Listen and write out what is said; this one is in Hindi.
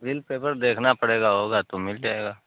बिल पेपर देखना पड़ेगा होगा तो मिल जाएगा